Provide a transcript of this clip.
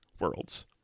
worlds